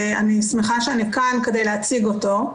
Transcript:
אני שמחה שאני כאן כדי להציג אותו.